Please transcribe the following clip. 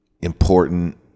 important –